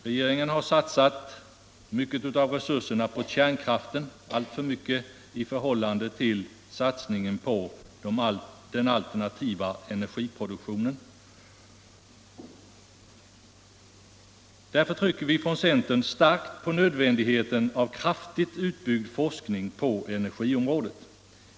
Regeringen har satsat mycket av resurserna på kärnkraften — alltför mycket i förhållande till satsningen på forskningen om den alternativa energiproduktionen. Därför trycker centern starkt på nödvändigheten av en kraftigt utbyggd forskning på energiområdet.